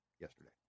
yesterday